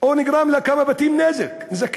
או שנגרמו לכמה בתים נזקים.